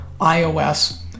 iOS